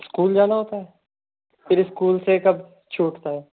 school जाना होता है फिर स्कूल से कब छूटता है